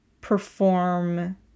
perform